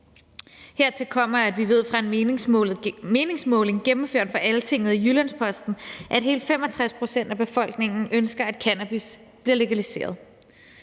Hertil kommer, at vi ved fra en meningsmåling gennemført for Altinget og Jyllands-Posten, at hele 65 pct. af befolkningen ønsker, at cannabis bliver legaliseret,